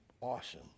Awesome